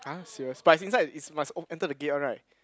ah serious but is inside is must o~ enter the gate one right